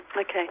Okay